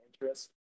interest